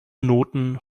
noten